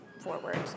forward